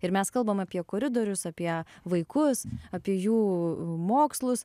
ir mes kalbam apie koridorius apie vaikus apie jų mokslus